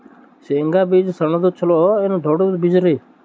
ಶೇಂಗಾ ಬೀಜ ಸಣ್ಣದು ಚಲೋ ಏನ್ ದೊಡ್ಡ ಬೀಜರಿ?